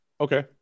Okay